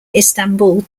istanbul